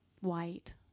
white